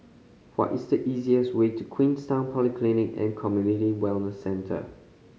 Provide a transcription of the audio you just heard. what is the easiest way to Queenstown Polyclinic and Community Wellness Centre